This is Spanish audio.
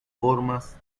formas